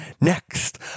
Next